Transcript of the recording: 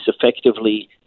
effectively